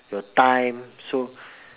your time so